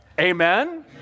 Amen